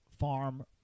farm